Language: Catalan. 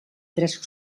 tres